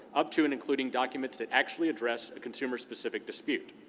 up to and including documents that actually address a consumer's specific dispute.